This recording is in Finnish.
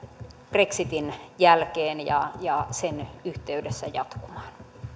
brexitin jälkeen ja ja sen yhteydessä jatkumaan